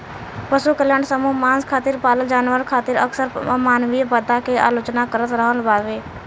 पशु कल्याण समूह मांस खातिर पालल जानवर खातिर अक्सर अमानवीय बता के आलोचना करत रहल बावे